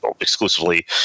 exclusively